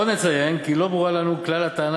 עוד נציין כי לא ברורה לנו כלל הטענה